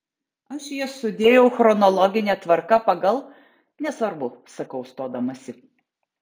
aš jas sudėjau chronologine tvarka pagal nesvarbu sakau stodamasi